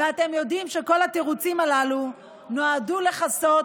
ואתם יודעים שכל התירוצים הללו נועדו לכסות